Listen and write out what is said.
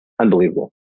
unbelievable